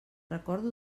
recordo